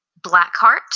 Blackheart